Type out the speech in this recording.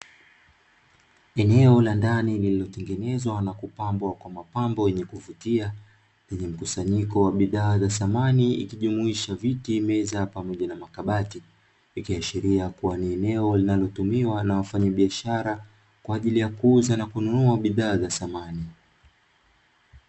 Eneo la ndani lililotengenezwa na kupambwa kwa mapambo yenye kuvutia, yenye mkusanyiko wa bidhaa za samani ikijumuisha viti, meza pamoja na makabati, ikiashiria kuwa ni eneo linalotumiwa na wafanyabiashara, kwa ajili ya kuuza na kununua bidhaa za samani.